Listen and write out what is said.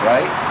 Right